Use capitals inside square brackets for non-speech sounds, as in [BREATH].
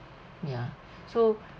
ya [BREATH] so